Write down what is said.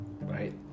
Right